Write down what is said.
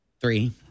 three